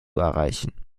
erreichen